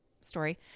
story